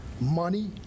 money